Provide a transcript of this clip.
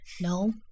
No